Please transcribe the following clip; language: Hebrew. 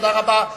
תודה רבה.